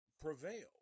Prevail